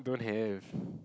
don't have